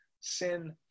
sin